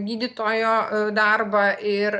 gydytojo darbą ir